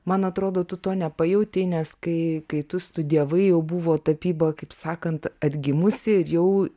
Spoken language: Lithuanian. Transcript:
man atrodo tu to nepajautei nes kai kai tu studijavai jau buvo tapyba kaip sakant atgimusi ir jau